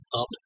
up